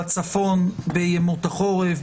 בצפון בימות החורף,